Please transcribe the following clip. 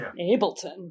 Ableton